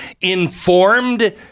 informed